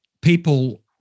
people